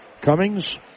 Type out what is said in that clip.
Cummings